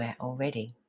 already